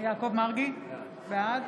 יעקב מרגי, בעד